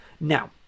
Now